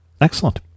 Excellent